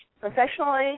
professionally